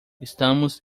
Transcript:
estamos